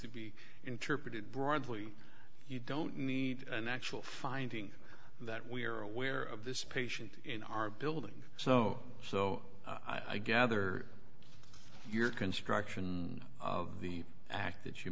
to be interpreted broadly you don't need an actual finding that we are aware of this patient in our building so so i gather your construction of the act that you